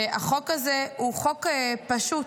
החוק הזה הוא חוק פשוט.